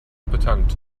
betankt